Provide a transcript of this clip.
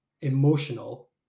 emotional